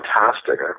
fantastic